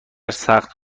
سخت